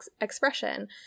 expression